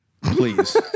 Please